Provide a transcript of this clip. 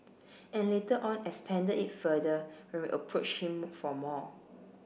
and later on expanded it further when we approached him for more